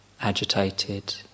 agitated